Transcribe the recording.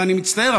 ואני מצטער,